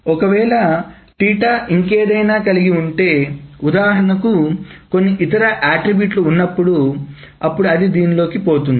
ఒకవేళ ఇంకేదైనా కలిగి ఉంటేఉదాహరణకు కొన్ని ఇతర అట్రిబ్యూట్లు ఉన్నప్పుడు అప్పుడు అది దీనిలోకి పోతుంది